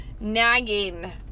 nagging